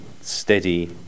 steady